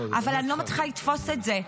אבל אני לא מצליחה לתפוס את זה.